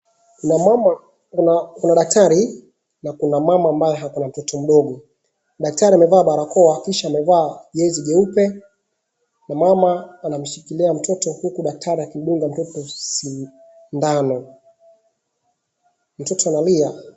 Kuna daktari na kuna mama ambaye hako na mtoto mdogo. Daktari amevaa barakoa kisha amevaa jezi jeupe na mama anamshikilia mtoto huku daktari akimdunga mtoto sindano. Mtoto analia.